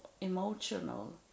emotional